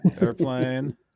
airplane